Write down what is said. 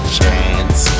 chance